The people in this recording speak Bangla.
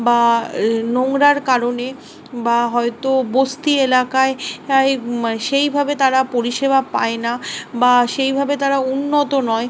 বা নোংরার কারণে বা হয়তো বস্তি এলাকায় সেইভাবে তারা পরিষেবা পায় না বা সেইভাবে তারা উন্নত নয়